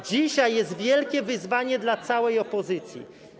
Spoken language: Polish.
Dzisiaj jest wielkie wyzwanie dla całej opozycji.